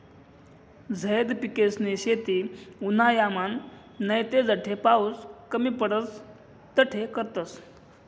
झैद पिकेसनी शेती उन्हायामान नैते जठे पाऊस कमी पडस तठे करतस